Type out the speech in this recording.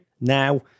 now